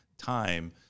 time